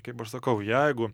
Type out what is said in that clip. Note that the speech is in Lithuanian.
kaip aš sakau jeigu